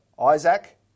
Isaac